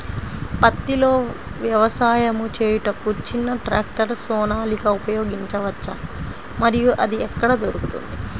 పత్తిలో వ్యవసాయము చేయుటకు చిన్న ట్రాక్టర్ సోనాలిక ఉపయోగించవచ్చా మరియు అది ఎక్కడ దొరుకుతుంది?